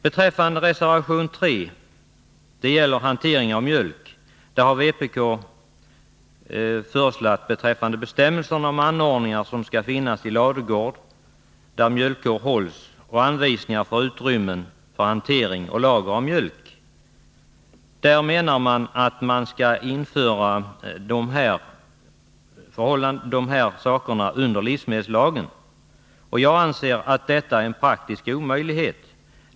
I reservation 3 beträffande bestämmelser om anordningar i ladugård där mjölkkor hålls, föreslår vpk att anvisningar för utrymmen för hantering och lagring av mjölk skall införas under livsmedelslagen. Jag anser att detta är en praktisk omöjlighet.